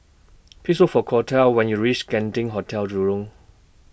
Please Look For Cordell when YOU REACH Genting Hotel Jurong